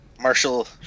Marshall